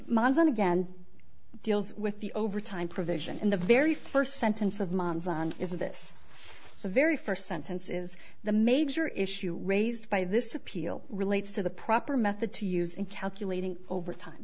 monson again deals with the over time provision in the very first sentence of my is a bit the very first sentence is the major issue raised by this appeal relates to the proper method to use in calculating over time